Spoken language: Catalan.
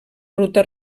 ruta